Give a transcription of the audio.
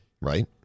right